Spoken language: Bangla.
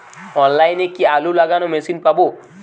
অনলাইনে কি আলু লাগানো মেশিন পাব?